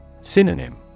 Synonym